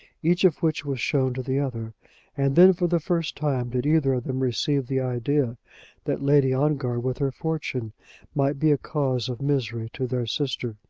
each of which was shown to the other and then for the first time did either of them receive the idea that lady ongar with her fortune might be a cause of misery to their sister.